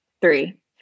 three